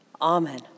Amen